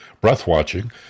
breath-watching